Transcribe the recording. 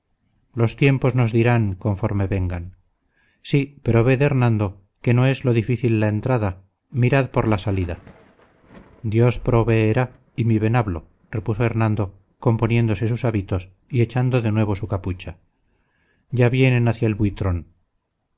los tiempos nos dirán conforme vengan sí pero ved hernando que no es lo difícil la entrada mirad por la salida dios proveerá y mi venablo repuso hernando componiéndose sus hábitos y echando de nuevo su capucha ya vienen hacia el buitrón